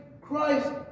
Christ